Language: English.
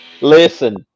Listen